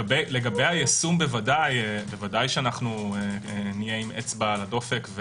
לגבי היישום ודאי שנהיה עם אצבע על הדופק.